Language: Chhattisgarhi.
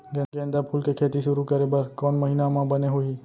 गेंदा फूल के खेती शुरू करे बर कौन महीना मा बने होही?